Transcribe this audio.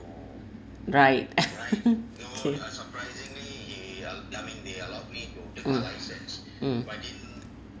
right kay mm mm